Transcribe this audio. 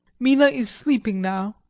mina is sleeping now,